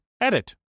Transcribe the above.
Edit